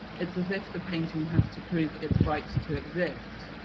it's as if the painting has to prove its right to exist.